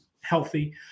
healthy